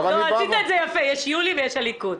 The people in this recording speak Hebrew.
עשית את זה יפה יש יולי ויש הליכוד.